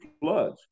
floods